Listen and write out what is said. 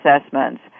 Assessments